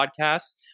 podcasts